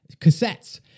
cassettes